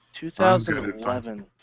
2011